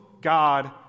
God